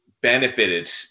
benefited